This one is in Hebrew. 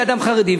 כאדם חרדי,